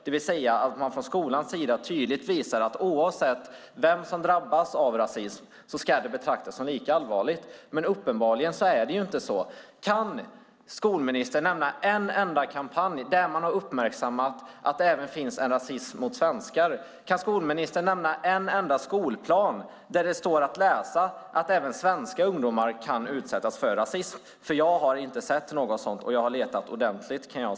Man ska från skolans sida tydligt visa att oavsett vem som drabbas av rasism ska det betraktas som lika allvarligt. Men så är det uppenbarligen inte. Kan skolministern nämna en enda kampanj där man har uppmärksammat att det även finns en rasism riktad mot svenskar? Kan skolministern nämna en enda skolplan där det står att läsa att även svenska ungdomar kan utsättas för rasism? Jag har inte sett någonting sådant, och jag har letat ordentligt.